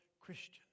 Christian